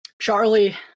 Charlie